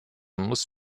muss